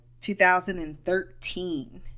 2013